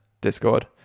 Discord